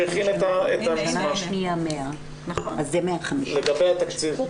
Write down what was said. שהכין את המסמך לגבי התקציב.